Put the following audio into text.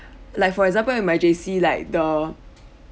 like for example in my J_C like the